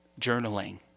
journaling